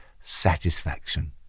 satisfaction